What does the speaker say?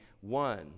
one